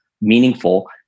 meaningful